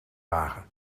wagen